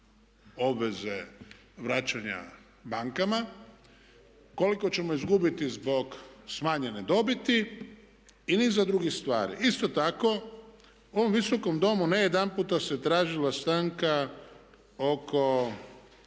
obveze vraćanja bankama, koliko ćemo izgubiti zbog smanjene dobiti i niza drugih stvari. Isto tako u ovom Visokom domu ne jedanput se tražila stanka oko